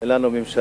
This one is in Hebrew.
אין לנו ממשלה?